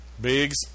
Biggs